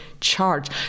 charge